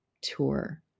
Tour